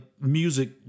music